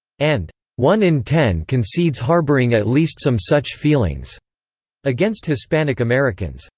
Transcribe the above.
and one in ten concedes harboring at least some such feelings against hispanic americans.